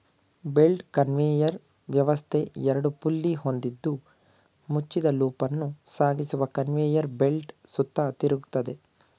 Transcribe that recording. belt conveyor ವ್ಯವಸ್ಥೆ ಎರಡು pulley ಹೊಂದಿದ್ದು ಮುಚ್ಚಿದ ಲೂಪನ್ನು ಸಾಗಿಸುವ ಕನ್ವೇಯರ್ ಬೆಲ್ಟ್ ಸುತ್ತ ತಿರುಗ್ತದೆ